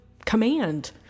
command